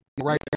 Right